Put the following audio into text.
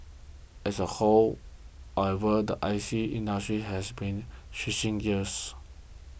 as a whole however the I C industry has been switching gears